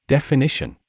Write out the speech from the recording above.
Definition